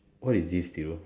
what is this to you